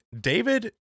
David